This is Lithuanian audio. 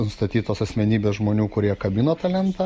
nustatytos asmenybės žmonių kurie kabino tą lentą